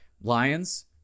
Lions